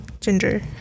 ginger